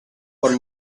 com